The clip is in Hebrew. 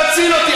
תציל אותי.